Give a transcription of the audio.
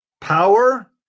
power